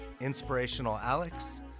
InspirationalAlex